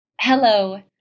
Hello